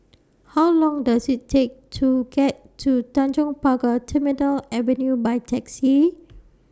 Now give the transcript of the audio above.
How Long Does IT Take to get to Tanjong Pagar Terminal Avenue By Taxi